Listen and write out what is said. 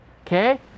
Okay